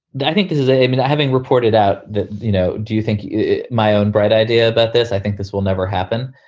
i think this is a myth that having reported out that, you know, do you think my own bright idea that this i think this will never happen.